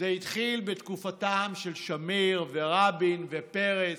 זה התחיל בתקופתם של שמיר, רבין ופרס.